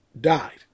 died